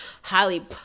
highly